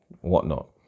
whatnot